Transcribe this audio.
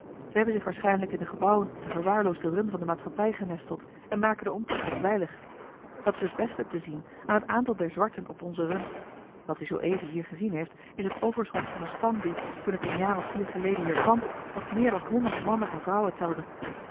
ze hebben zich waarschijnlijk in de gebouwen op de verwaarloosde run van de maatschappij genesteld en maken den omtrek onveilig dat is het beste te zien aan het aantal der zwarten op onze run wat u zooeven hier gezien heeft is het overschot van een stam die toen ik een jaar of vier geleden hier kwam nog meer dan honderd mannen en vrouwen telde